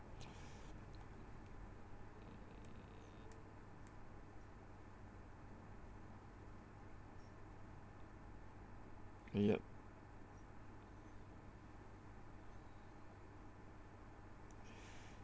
yup